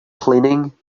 cleaning